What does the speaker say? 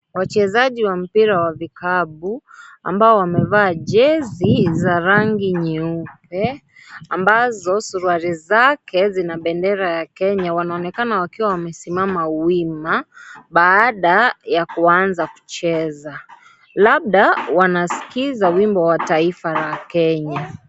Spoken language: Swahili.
Wachezaji wa mpira wa vikapu, ambao wamevaa jezi za rangi nyeupe, ambazo suruali zake zina bendera ya Kenya. Wanaonekana wamesimama wima baada ya kuanza kucheza. Labda wanasikiza wimbo wa taifa la Kenya.